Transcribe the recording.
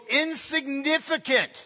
insignificant